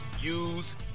use